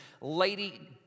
lady